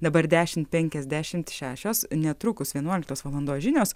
dabar dešim penkiasdešimt šešios netrukus vienuoliktos valandos žinios